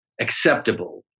acceptable